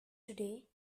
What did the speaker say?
today